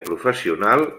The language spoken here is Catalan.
professional